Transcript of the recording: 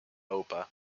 opa